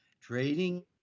trading